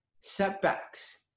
setbacks